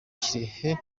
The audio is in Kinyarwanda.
kirehe